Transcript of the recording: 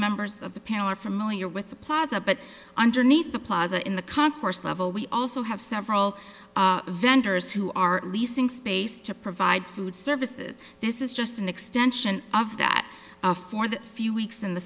members of the panel are familiar with the plaza but underneath the plaza in the concourse level we also have several vendors who are leasing space to provide food services this is just an extension of that for the few weeks in the